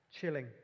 chilling